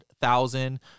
thousand